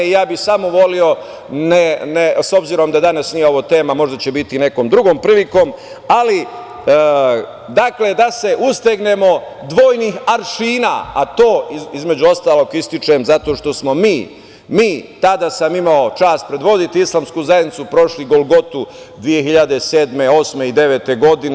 Ja bih samo voleo, s obzirom da danas ovo nije tema, možda će biti nekom drugom prilikom, ali da se ustegnemo dvojnih aršina, a to između ostalog ističem zato što smo mi, tada sam imao čast predvoditi islamsku zajednicu, prošli golgotu 2007, 2008. i 2009. godine.